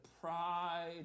pride